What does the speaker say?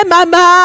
Mama